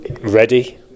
ready